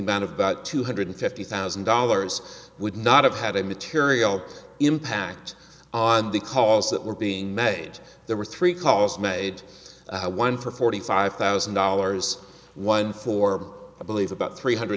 amount of about two hundred fifty thousand dollars would not have had a material impact on the calls that were being made there were three calls made one for forty five thousand dollars one for i believe about three hundred